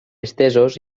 estesos